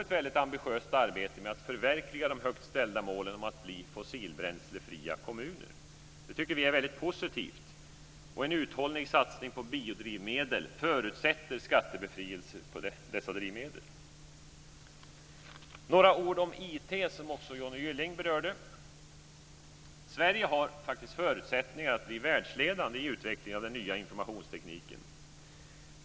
Detta tycker vi är väldigt positivt. Sedan några ord om IT, som Johnny Gylling berörde. Sverige har faktiskt förutsättningar att bli världsledande i utvecklingen av den nya informationstekniken.